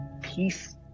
Peace